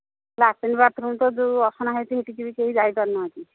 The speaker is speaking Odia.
ଲାଟିନ୍ ବାର୍ଥରୁମ୍ ତ ଯୋଉ ଅସନା ହୋଇଛି ସେଠିକି କେହି ଯାଇପାରୁ ନାହାଁନ୍ତି